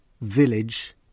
Village